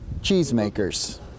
cheesemakers